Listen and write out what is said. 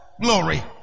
glory